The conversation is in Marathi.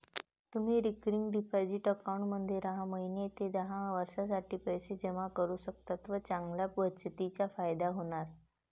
तुम्ही रिकरिंग डिपॉझिट अकाउंटमध्ये सहा महिने ते दहा वर्षांसाठी पैसे जमा करू शकता व चांगल्या बचतीचा फायदा होणार